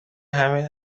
همین